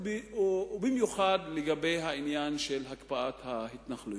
במיוחד לגבי העניין של הקפאת ההתנחלויות.